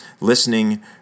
listening